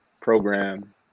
program